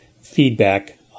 feedback